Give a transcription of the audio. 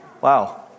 Wow